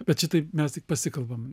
bet šitaip mes tik pasikalbam